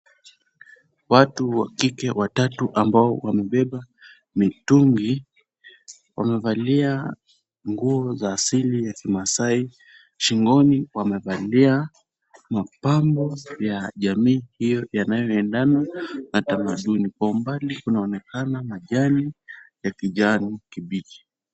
Watu wa kike watatu ambao wamebeba mitungi, wamevalia nguo za asili ya kimaasai. Shingoni wamevalia mapambo ya jamii hiyo yanayoendana na tamaduni. Kwa umbali kunaonekana majani ya kijani kibichi.